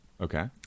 okay